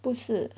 不是